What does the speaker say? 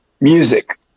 music